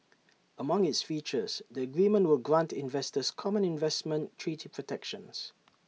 among its features the agreement will grant investors common investment treaty protections